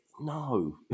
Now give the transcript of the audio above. no